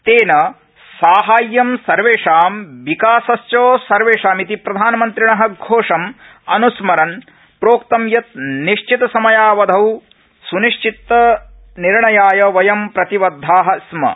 तेन साहाय्यं सर्वेषां विकासश्च सर्वेषामिति प्रधानमन्त्रिण घोषम् अनुस्मरन् प्रोक्तं यत् निश्चितसमयावधौ सुनिश्चित निर्णयाय वयं प्रतिबदधा स्मः